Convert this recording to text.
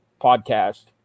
podcast